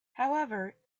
however